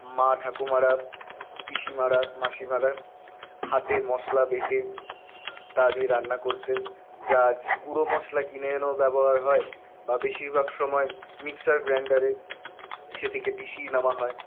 মা ঠাকুমারা পিসিমারা মাসিমারা হাতে মশলা বেঁটে তা দিয়ে রান্না করতেন যা আজ গুঁড়ো মশলা কিনে এনেও ব্যবহার হয় বা বেশিরভাগ সময় মিক্সার গ্রাইন্ডারে সেটিকে পিশিয়ে নেওয়া হয়